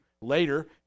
Later